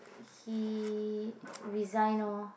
he resign lor